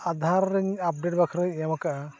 ᱟᱫᱷᱟᱨ ᱨᱮᱧ ᱟᱯᱰᱮᱴ ᱵᱟᱠᱷᱟᱨᱟᱧ ᱮᱢ ᱟᱠᱟᱫᱼᱟ